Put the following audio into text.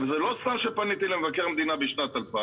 זה לא סוד שפניתי למבקר המדינה בשנת 2000